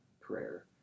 prayer